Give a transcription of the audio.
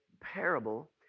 parable